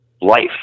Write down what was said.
life